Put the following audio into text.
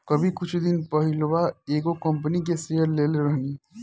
अभी कुछ दिन पहिलवा एगो कंपनी के शेयर लेले रहनी